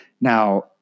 Now